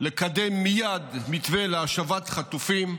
לקדם מייד מתווה להשבת חטופים,